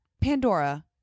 Pandora